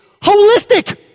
holistic